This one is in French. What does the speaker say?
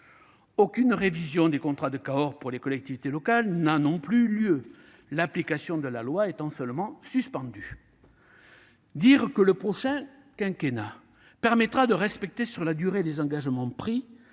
Aucune révision des contrats de Cahors pour les collectivités locales n'a non plus eu lieu, l'application de la loi étant seulement « suspendue ». Dire que le prochain quinquennat permettra de respecter les engagements pris